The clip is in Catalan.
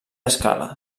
escala